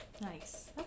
Nice